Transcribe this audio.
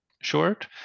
short